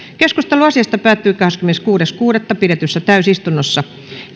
keskustelu asiasta päättyi kahdeskymmeneskuudes kuudetta kaksituhattakahdeksantoista pidetyssä täysistunnossa